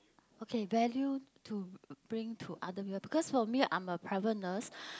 okay value to bring to other people because for me I'm a private nurse